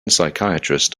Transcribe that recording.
psychiatrist